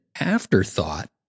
afterthought